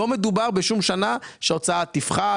לא מדובר בשום שנה שההוצאה תפחת,